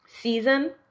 season